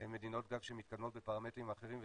הן גם מדינות שמתקדמות בפרמטרים אחרים,